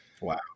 Wow